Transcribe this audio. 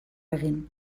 egin